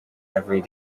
every